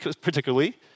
particularly